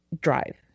drive